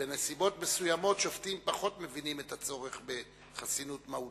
בנסיבות מסוימות שופטים פחות מבינים את הצורך בחסינות מהותית.